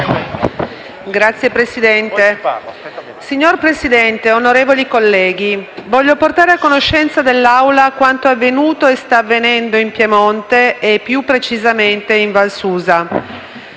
*(L-SP)*. Signor Presidente, onorevoli colleghi, voglio portare a conoscenza dell'Aula quanto è avvenuto e sta avvenendo in Piemonte e più precisamente in Valsusa.